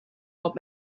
old